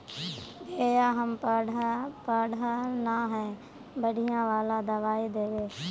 भैया हम पढ़ल न है बढ़िया वाला दबाइ देबे?